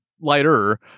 lighter